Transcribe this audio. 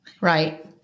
Right